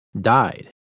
died